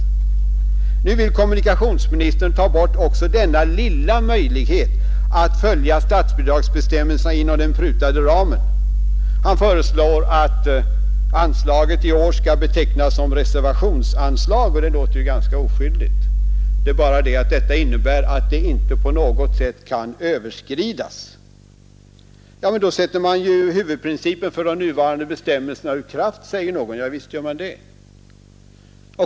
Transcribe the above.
Nu vill emellertid kommunikationsministern ta bort också denna lilla möjlighet att följa statsbidragsbestämmelserna inom den prutade ramen, och han föreslår att anslaget i år skall betecknas som reservationsanslag. Det låter ju ganska oskyldigt. Det är bara det att ett sådant anslag inte kan överskridas. Ja, men då sätter man ju huvudprincipen för de nuvarande bestämmelserna ur kraft, säger någon. Javisst gör man det!